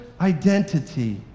identity